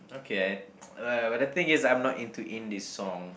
okay I but but the thing is I'm not into indie song